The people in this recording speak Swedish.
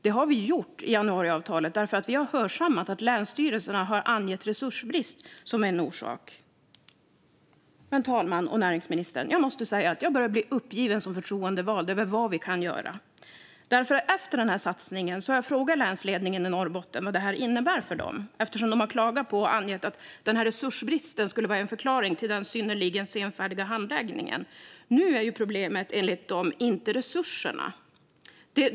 Det har vi gjort eftersom vi har hörsammat att länsstyrelserna har angett resursbrist som en orsak. Fru talman och näringsministern! Jag måste säga att jag som förtroendevald börjar bli uppgiven över vad vi kan göra. Eftersom länsledningen i Norrbotten har klagat på och angett att resursbrist skulle vara en förklaring till den synnerligen senfärdiga handläggningen har jag nämligen frågat vad det här innebär för dem, och nu är problemet enligt dem inte resurserna.